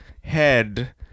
head